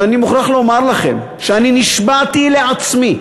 אבל אני מוכרח לומר לכם שאני נשבעתי לעצמי